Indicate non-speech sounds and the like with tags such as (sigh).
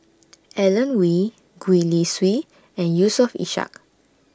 (noise) Alan Oei Gwee Li Sui and Yusof Ishak